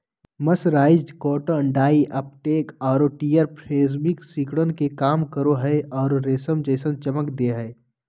mercerised cotton dye uptake आरो tear fabric सिकुड़न के कम करो हई आरो रेशम जैसन चमक दे हई